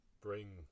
bring